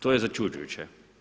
To je začuđujuće.